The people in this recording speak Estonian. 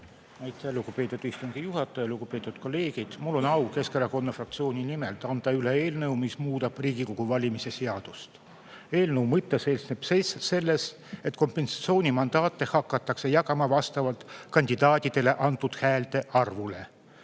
Aitäh, lugupeetud istungi juhataja! Lugupeetud kolleegid! Mul on au Keskerakonna fraktsiooni nimel anda üle eelnõu, mis muudab Riigikogu valimise seadust. Eelnõu mõte seisneb selles, et kompensatsioonimandaate hakataks jagama vastavalt kandidaatidele antud häälte arvule.